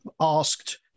asked